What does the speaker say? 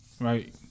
Right